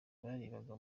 barebaga